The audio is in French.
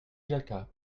jacquat